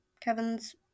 Kevin's